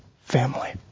family